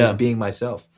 ah being myself.